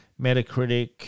Metacritic